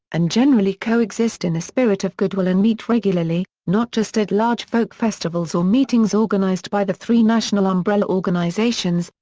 and generally co-exist in a spirit of good-will and meet regularly, not just at large folk festivals or meetings organised by the three national umbrella organisations,